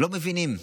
לא מבינים.